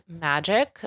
magic